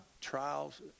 trials